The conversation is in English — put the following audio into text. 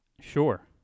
Sure